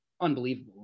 unbelievable